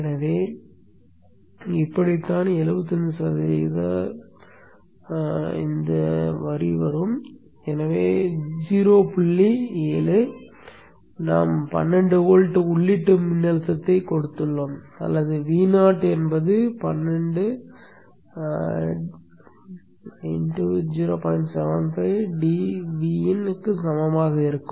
எனவே இப்படித்தான் 75 சதவிகித வரி dVin க்கு சமமாக இருக்கும்